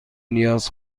نیاز